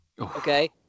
Okay